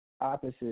opposite